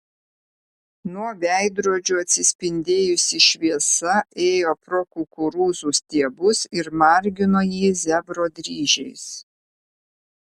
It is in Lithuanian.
nuo veidrodžių atsispindėjusi šviesa ėjo pro kukurūzų stiebus ir margino jį zebro dryžiais